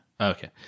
Okay